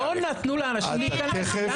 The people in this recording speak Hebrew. לא נתנו לאנשים להיכנס.